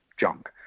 junk